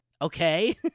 Okay